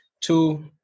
two